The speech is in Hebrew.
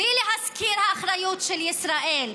בלי להזכיר אחריות של ישראל.